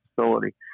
facility